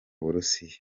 burusiya